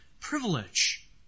privilege